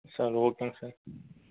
sir ஓகேங்க sir